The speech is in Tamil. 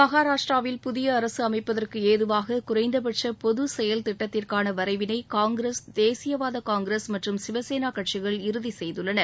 மகாராஷ்டிரரவில் புதிய அரசு அமைப்பதற்கு ஏதுவாக குறைந்தபட்ச பொது செயல்திட்டத்திற்கான வரைவினை காங்கிரஸ் தேசியவாத காங்கிரஸ் மற்றும் சிவசேனா கட்சிகள் இறுதி செய்துள்ளன